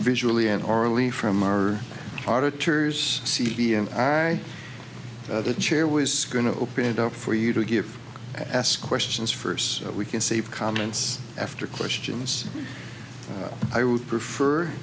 visually and orally from our auditors c b n i the chair was going to open it up for you to give ask questions first so we can save comments after questions i would prefer